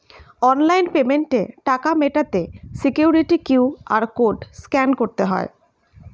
online পেমেন্টে টাকা মেটাতে সিকিউরিটি কিউ.আর কোড স্ক্যান করতে হয়